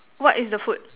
what is the food